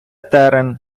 терен